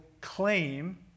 claim